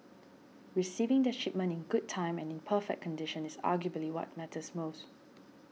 receiving their shipment in good time and in perfect condition is arguably what matters most